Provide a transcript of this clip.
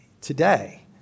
today